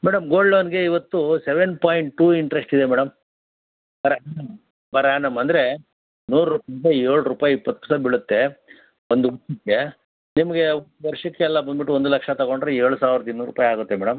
madam gold ಲೋನ್ಗೆ ಇವತ್ತು seven point two interest ಇದೆ ಮೇಡಮ್ ಪರೆ ಪರ್ ಆ್ಯನಮ್ ಅಂದರೆ ನೂರು ರೂಪಾಯಿ ಏಳು ರೂಪಾಯಿ ಇಪ್ಪತ್ತು ಪೈಸೆ ಬೀಳುತ್ತೆ ಒಂದು ನಿಮಗೆ ವರ್ಷಕ್ಕೆಲ್ಲ ಬಂದುಬಿಟ್ಟು ಒಂದು ಲಕ್ಷ ತಗೊಂಡರೆ ಏಳು ಸಾವಿರದ ಇನ್ನೂರು ರೂಪಾಯಿ ಆಗುತ್ತೆ ಮೇಡಮ್